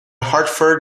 hartford